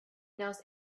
knows